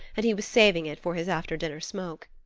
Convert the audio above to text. and he was saving it for his after-dinner smoke.